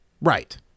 Right